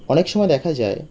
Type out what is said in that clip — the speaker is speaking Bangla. অনেক সময় দেখা যায়